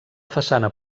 façana